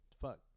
fuck